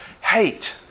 hate